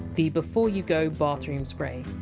the before-you-go bathroom spray.